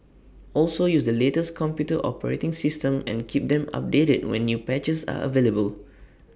also use the latest computer operating system and keep them updated when new patches are available